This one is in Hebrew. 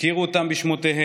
הכירו אותם בשמותיהם,